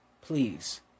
Please